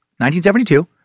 1972